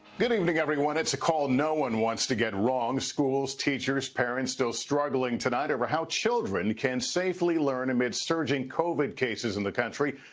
good evening, everyone. it is a call no one wants to get wrong. schools, teachers, parents still struggling tonight over how children can safely learn amid surging covid cases in the country,